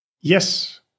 Yes